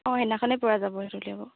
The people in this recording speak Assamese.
অঁ সেইদিনাখনেই পৰা যাব সেইটো ওলিয়াব